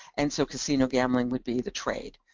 and so casino gambling would be the trade.